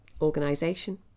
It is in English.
organization